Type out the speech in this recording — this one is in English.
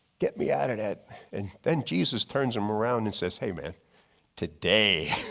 get me out of that and then jesus turns him around and says hey man today,